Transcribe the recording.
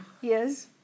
Yes